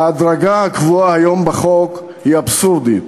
ההדרגה הקבועה היום בחוק היא אבסורדית,